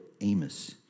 Amos